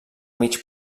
mig